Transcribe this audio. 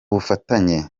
bufatanye